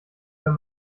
wenn